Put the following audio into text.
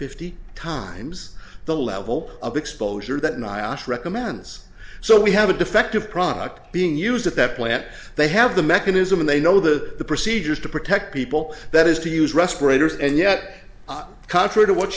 fifty times the level of exposure that nyasha recommends so we have a defective product being used at that plant they have the mechanism and they know the procedures to protect people that is to use respirators and yet not contradict what